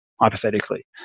hypothetically